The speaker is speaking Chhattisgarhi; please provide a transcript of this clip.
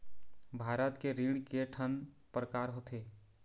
भारत के ऋण के ठन प्रकार होथे?